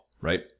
right